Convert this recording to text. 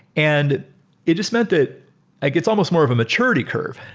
and it just meant that like it's almost more of a maturity curve.